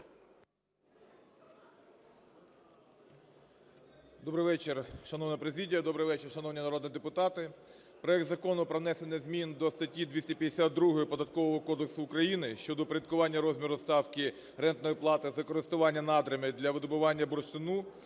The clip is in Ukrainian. Добрий вечір, шановна президія, добрий вечір, шановні народні депутати, проект Закону про внесення змін до статті 252 Податкового кодексу України щодо упорядкування розміру ставки рентної плати за користування надрами для видобування бурштину